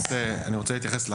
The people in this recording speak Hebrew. אני רוצה להתייחס.